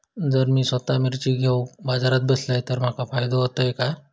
जर मी स्वतः मिर्ची घेवून बाजारात बसलय तर माका फायदो होयत काय?